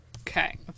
Okay